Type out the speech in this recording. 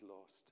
lost